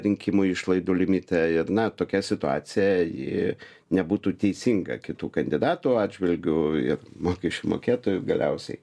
rinkimų išlaidų limite ir na tokia situacija ji nebūtų teisinga kitų kandidatų atžvilgiu ir mokesčių mokėtojų galiausiai